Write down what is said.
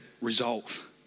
resolve